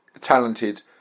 talented